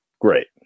great